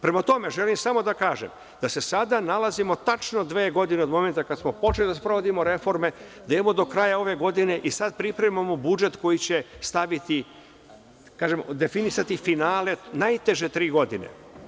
Prema tome, želim samo da kažem da se sada nalazimo tačno na dve godine od kako smo počeli da sprovodimo reforme, da imamo do kraja ove godine i sada pripremamo budžet koji će staviti, definisati finale najteže tri godine.